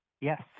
Yes